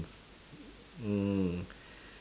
mm